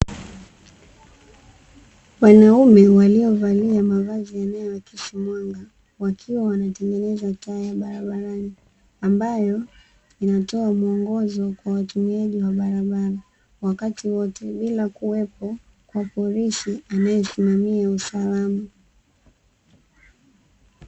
Wanaume waliovalia mavazi yanayoakisi mwanga wakiwa wanatengeneza taa ya barabarani, ambayo inayotoa muongozo kwa watumiaji wa barabara wakati wote bila ya kuwepo kwa polisi anayesimamia usalama.